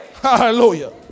Hallelujah